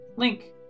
Link